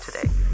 today